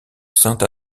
saint